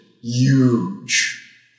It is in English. huge